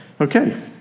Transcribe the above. Okay